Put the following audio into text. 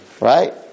right